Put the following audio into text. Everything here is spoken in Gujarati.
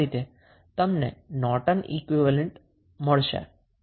આ રીતે તમે નોર્ટન સર્કિટની ઈક્વીવેલેન્ટ મેળવો છો